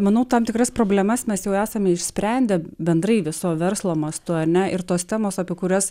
manau tam tikras problemas mes jau esame išsprendę bendrai viso verslo mastu ar ne ir tos temos apie kurias